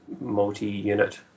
multi-unit